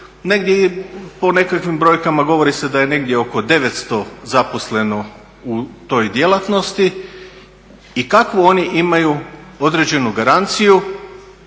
Negdje po nekakvim brojkama govori se da je negdje oko 900 zaposleno u toj djelatnosti. I kakvu oni imaju određenu garanciju